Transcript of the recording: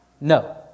No